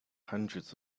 hundreds